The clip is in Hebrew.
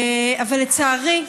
אבל לצערי,